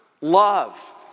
love